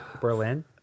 Berlin